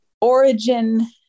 origin